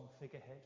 figurehead